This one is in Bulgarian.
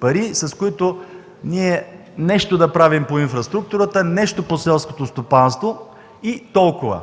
пари, с които ние нещо да правим по инфраструктурата, нещо – по селското стопанство, и толкова.